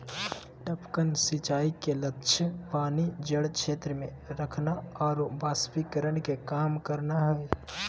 टपकन सिंचाई के लक्ष्य पानी जड़ क्षेत्र में रखना आरो वाष्पीकरण के कम करना हइ